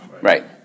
right